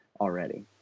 already